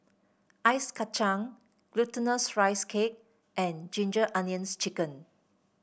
Ice Kacang Glutinous Rice Cake and Ginger Onions chicken